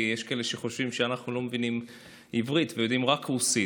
כי יש כאלה שחושבים שאנחנו לא מבינים עברית ויודעים רק רוסית.